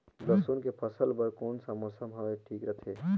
लसुन के फसल बार कोन सा मौसम हवे ठीक रथे?